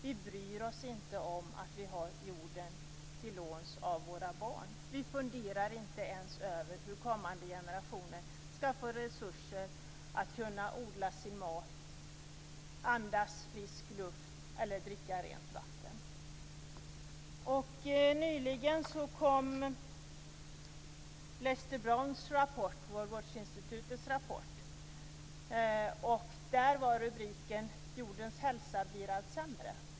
Vi bryr oss inte om att vi har jorden till låns av våra barn. Vi funderar inte ens över hur kommande generationer ska få resurser att kunna odla sin mat, andas frisk luft eller dricka rent vatten. Nyligen kom Lester Browns rapport - World Watch Institutes rapport. Där var rubriken: Jordens hälsa blir allt sämre.